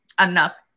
enough